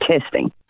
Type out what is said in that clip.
testing